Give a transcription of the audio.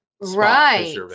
Right